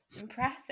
Impressive